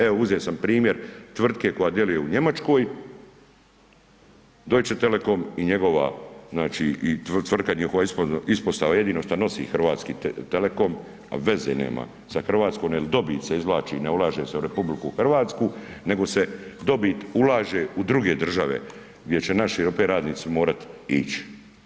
Evo uzeo sam primjer tvrtke koja djeluje u Njemačkoj Deutche Telekom i njegova znači i tvrtka njihova ispostava jedino što nosi HT, ali veze nema sa Hrvatskom jer dobit se izvlači, ne ulaže se u RH nego se dobit ulaže u druge države gdje će naši opet radnici morati ići.